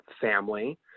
family